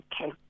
Okay